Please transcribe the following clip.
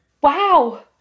wow